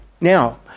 Now